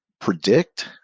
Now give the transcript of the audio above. predict